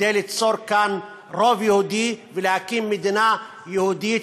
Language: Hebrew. כדי ליצור כאן רוב יהודי ולהקים מדינה יהודית